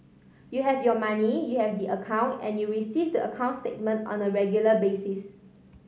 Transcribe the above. you have your money you have the account and you receive the account statement on a regular basis